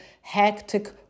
hectic